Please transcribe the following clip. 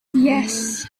yes